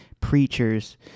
preachers